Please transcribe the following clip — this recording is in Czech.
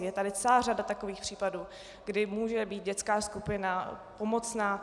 Je tady celá řada takových případů, kdy může být dětská skupina pomocná.